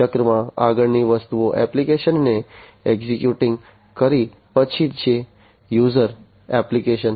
ચક્રમાં આગળની વસ્તુ એપ્લીકેશનને એક્ઝિક્યુટ કરી રહી છે યુઝર એપ્લીકેશન